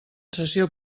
sessió